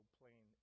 plain